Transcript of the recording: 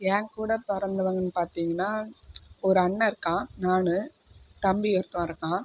என் கூட பிறந்தவங்கன்னு பார்த்திங்கன்னா ஒரு அண்ணன் இருக்கான் நான் தம்பி ஒருத்தவன் இருக்கான்